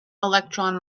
electron